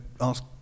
ask